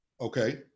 Okay